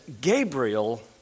Gabriel